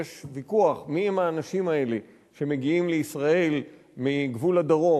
יש ויכוח מיהם האנשים האלה שמגיעים לישראל מגבול הדרום.